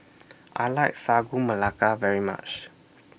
I like Sagu Melaka very much